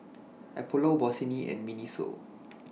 Apollo Bossini and Miniso